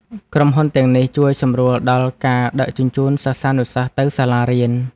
ក្រុមហ៊ុនទាំងនេះជួយសម្រួលដល់ការដឹកជញ្ជូនសិស្សានុសិស្សទៅសាលារៀន។